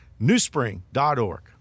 newspring.org